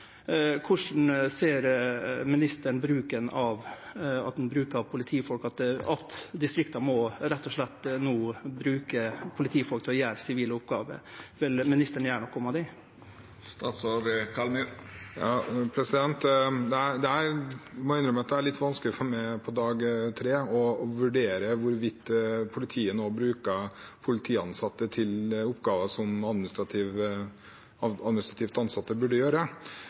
Korleis ser ministeren på at distrikta rett og slett må bruke politifolk til å gjere sivile oppgåver? Vil ministeren gjere noko med det? Jeg må innrømme at det er litt vanskelig for meg på dag tre å vurdere hvorvidt politiet nå bruker politiansatte til oppgaver som administrativt ansatte burde